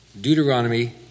Deuteronomy